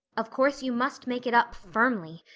of course, you must make it up firmly.